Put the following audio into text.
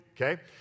okay